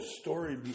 story –